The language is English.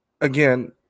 again